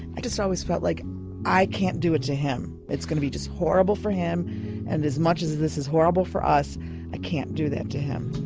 i just always felt like i can't do it to him, it's going to be just horrible for him and as much as as this is horrible for us i can't do that to him.